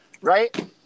right